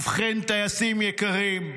ובכן טייסים יקרים,